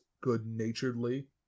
good-naturedly